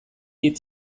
hitz